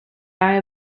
eye